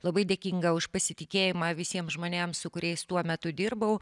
labai dėkinga už pasitikėjimą visiems žmonėms su kuriais tuo metu dirbau